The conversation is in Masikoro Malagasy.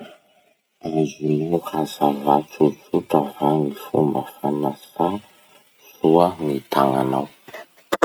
Azonao hazavà tsotsotra va ny fomba fanasà soa gny tagnanao?